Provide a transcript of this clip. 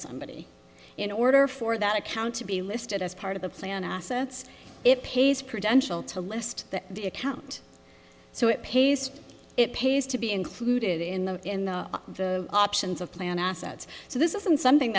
somebody in order for that account to be listed as part of the plan assets it pays prudential to list the account so it pays it pays to be included in the in the options of plan assets so this isn't something